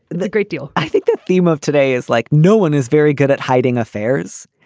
the great deal. i think the theme of today is like no one is very good at hiding affairs.